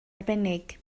arbennig